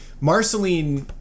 Marceline